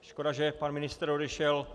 Škoda, že pan ministr odešel.